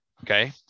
Okay